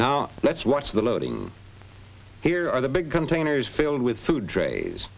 now let's watch the loading here are the big containers filled with food trays